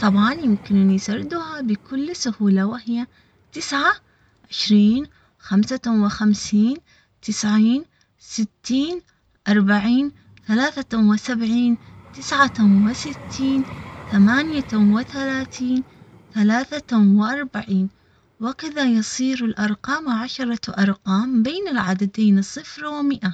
طبعا يمكنني سردها بكل سهولة وهي تسعة عشرين خمسةٌ وخمسين تسعين ستين اربعين ثلاثةٌ وسبعين تسعةٌ وستين ثمانيةٌ وثلاثين ثلاثةِ واربعين وكذا يصير الارقام عشرة ارقام بين العددين صفر ومئة